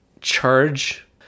charge